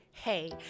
Hey